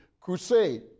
crusade